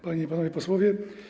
Panie i Panowie Posłowie!